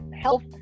Health